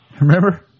Remember